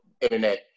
internet